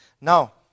Now